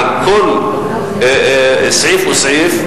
על כל סעיף וסעיף,